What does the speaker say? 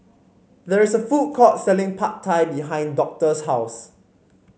there is a food court selling Pad Thai behind Doctor's house